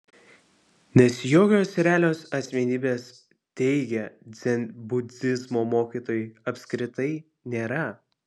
nes jokios realios asmenybės teigia dzenbudizmo mokytojai apskritai nėra